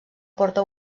porta